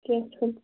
کیٚنٛہہ چھنہٕ